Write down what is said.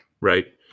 Right